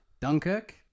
Dunkirk